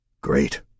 Great